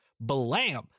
Blam